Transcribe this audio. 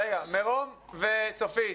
מירום וצופית,